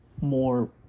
More